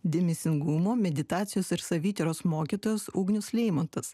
dėmesingumo meditacijos ir savityros mokytojas ugnius leimontas